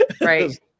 right